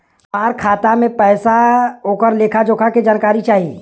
हमार खाता में पैसा ओकर लेखा जोखा के जानकारी चाही?